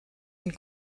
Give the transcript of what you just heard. une